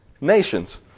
nations